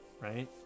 Right